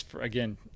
again